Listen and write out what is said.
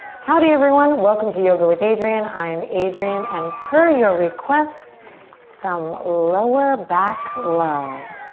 howdy everyone. welcome to yoga with adriene. i'm adriene and per your request some lower back love.